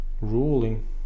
ruling